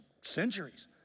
centuries